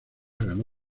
ganó